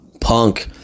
Punk